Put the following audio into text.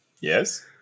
Yes